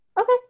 Okay